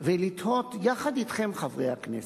ולתהות יחד אתכם, חברי הכנסת: